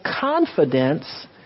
confidence